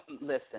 Listen